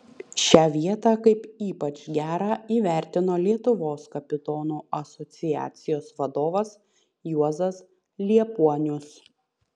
šią vietą kaip ypač gerą įvertino lietuvos kapitonų asociacijos vadovas juozas liepuonius